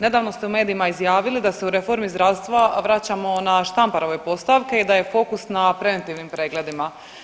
Nedavno ste u medijima izjavili da se u reformi zdravstva vraćamo na Štamparove postavke i da je fokus na preventivnim pregledima.